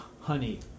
honey